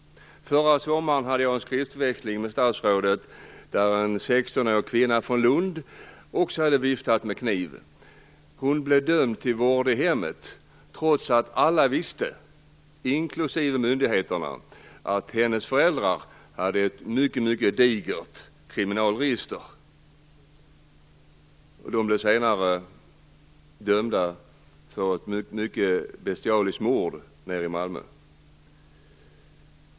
Förra sommaren hade jag en skriftväxling med statsrådet om ett fall som rörde en 16-årig kvinna från Lund. Hon hade viftat med kniv och blev dömd till vård i hemmet, trots att alla, inklusive myndigheterna, visste att hennes föräldrar hade ett digert kriminalregister. De blev senare dömda för ett bestialiskt mord nere i Malmö.